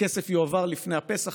הכסף יועבר לפני הפסח.